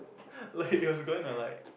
like it was going to like